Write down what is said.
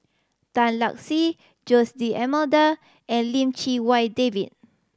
Tan Lark Sye Jose D'Almeida and Lim Chee Wai David